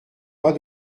pas